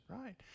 right